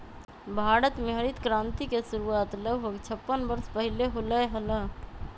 भारत में हरित क्रांति के शुरुआत लगभग छप्पन वर्ष पहीले होलय हल